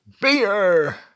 BEER